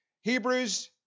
Hebrews